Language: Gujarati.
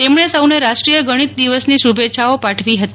તેમણે સૌને રાષ્ટ્રીય ગણિત દિવસની શુભેચ્છાઓ પાઠવી હતી